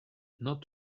not